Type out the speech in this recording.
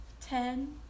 Ten